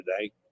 today